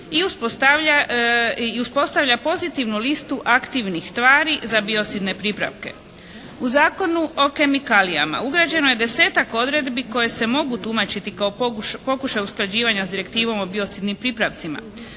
i uspostavlja pozitivnu listu aktivnih tvari za biocidne pripravke. U Zakonu o kemikalijama ugrađeno je desetak odredbi koje se mogu tumačiti kao pokušaj usklađivanja sa direktivom o biocidnom pripravcima.